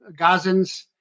Gazans